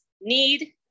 Need